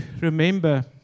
remember